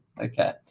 Okay